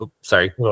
sorry